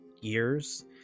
years